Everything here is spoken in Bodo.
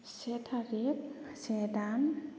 से थारिख से दान